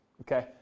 okay